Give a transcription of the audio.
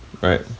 right